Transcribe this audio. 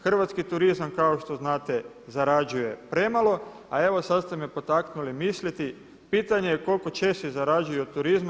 Hrvatski turizam kao što znate zarađuje premalo a evo sad ste me potaknuli misliti pitanje je koliko Česi zarađuju od turizma?